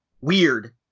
weird